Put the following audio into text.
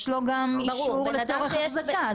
יש לו גם אישור לצורך אחזקה.